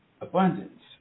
Abundance